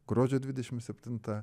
gruodžio dvidešim septinta